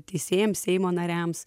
teisėjams seimo nariams